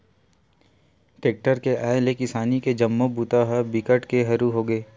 tractor के आए ले किसानी के जम्मो बूता ह बिकट के हरू होगे